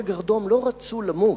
עולי הגרדום לא רצו למות.